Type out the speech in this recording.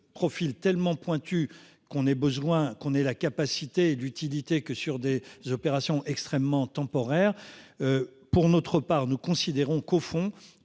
profil tellement pointue qu'on ait besoin qu'on ait la capacité et d'utilité que sur des opérations extrêmement temporaire. Pour notre part, nous considérons qu'au fond